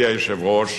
ידידי היושב-ראש,